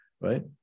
right